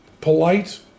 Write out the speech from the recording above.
polite